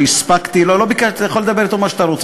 איסור התניית עסקה באופן התשלום ומתן אפשרות תשלום מראש),